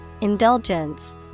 indulgence